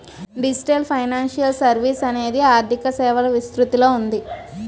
digital financial services అనేది ఆర్థిక సేవల విస్తృతిలో ఉంది